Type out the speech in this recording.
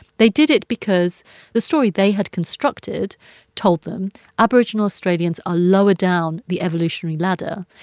they did it because the story they had constructed told them aboriginal australians are lower down the evolutionary ladder.